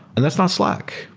and that's not slack.